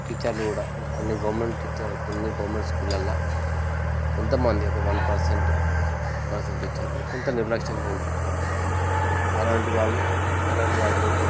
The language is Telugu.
టీచర్లు కూడా కొన్ని గవర్నమెంట్ టీచర్ కొన్ని గవర్నమెంట్ స్కూళ్ళలో కొంతమంది ఒక వన్ పర్సెంట్ పర్సెంట్ టీచర్లు కొంత నిర్లక్ష్యంగా ఉంటారు అలాంటి వాళ్ళు అలాంటి వారు కూడా